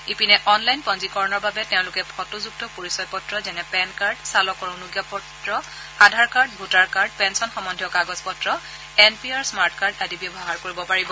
ইপিনে অনলাইন পঞ্জীকৰণৰ বাবে তেওঁলোকে ফটোযুক্ত পৰিচয় পত্ৰ যেনে পেন কাৰ্ড চালকৰ অনুজ্ঞাপত্ৰ আধাৰকাৰ্ড ভোটাৰ কাৰ্ড পেঞ্চন সম্বন্ধীয় কাগজ পত্ৰ N P R smart card আদি ব্যৱহাৰ কৰিব পাৰিব